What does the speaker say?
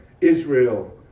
Israel